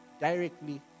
directly